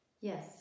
Yes